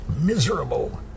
miserable